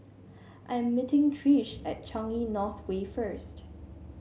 I am meeting Trish at Changi North Way first